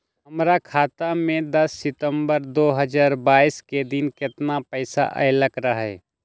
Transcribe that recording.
हमरा खाता में दस सितंबर दो हजार बाईस के दिन केतना पैसा अयलक रहे?